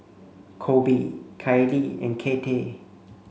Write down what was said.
Colby Kylee and Kathey